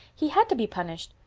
he had to be punished.